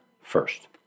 first